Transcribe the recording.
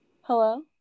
Hello